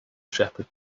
shepherd